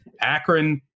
Akron